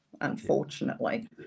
unfortunately